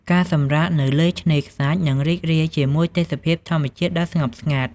ការសម្រាកនៅលើឆ្នេរខ្សាច់ និងរីករាយជាមួយទេសភាពធម្មជាតិដ៏ស្ងប់ស្ងាត់។